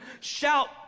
Shout